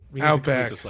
Outback